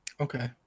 Okay